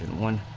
one